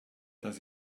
does